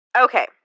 Okay